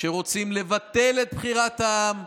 שבו רוצים לבטל את בחירת העם,